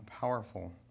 powerful